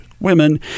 women